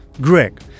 greg